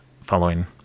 following